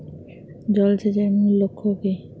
জল সেচের মূল লক্ষ্য কী?